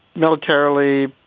militarily,